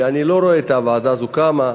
ואני לא רואה את הוועדה הזאת קמה,